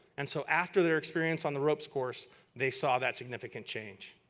and so after their experience on the ropes course they saw that significant change.